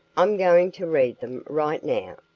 i'm going to read them right now.